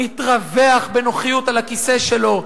מתרווח בנוחיות על הכיסא שלו.